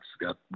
got